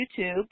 YouTube